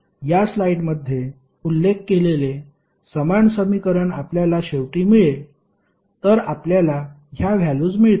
या स्लाइडमध्ये उल्लेख केलेले समान समीकरण आपल्याला शेवटी मिळेल तर आपल्याला ह्या व्हॅल्युस मिळतील